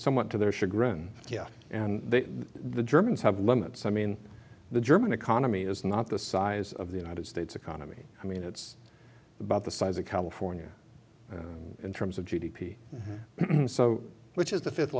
somewhat to their chagrin yeah and the germans have limits i mean the german economy is not the size of the united states economy i mean it's about the size of california in terms of g d p so which is the fifth